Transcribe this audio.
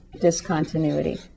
discontinuity